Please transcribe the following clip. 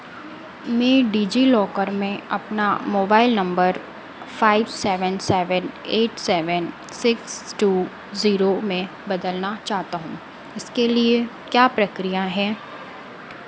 मैं डिज़ीलॉकर में अपना mobile number five seven seven eight seven six two zero में बदलना चाहता हूँ इसके लिए क्या प्रक्रिया है